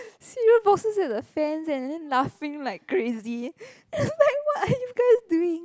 cereal boxes at the fans eh and then laughing like crazy and I'm like what are you guys doing